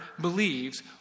believes